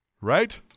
right